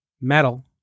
metal